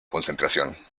concentración